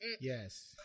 Yes